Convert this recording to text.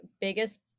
biggest